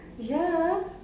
ya